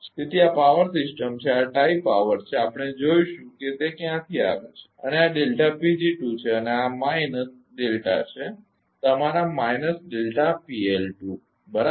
તેથી આ power system છે આ ટાઇ પાવર છે આપણે જોઈશું કે તે ક્યાંથી આવે છે અને આ છે અને આ માઇનસ ડેલ્ટા છે તમારા માઇનસ બરાબર